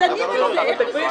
דנים על זה.